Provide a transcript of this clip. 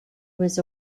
was